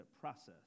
process